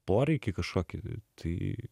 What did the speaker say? poreikį kažkokį tai